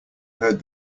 heard